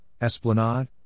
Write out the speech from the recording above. esplanade